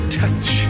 touch